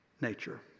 nature